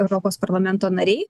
europos parlamento nariai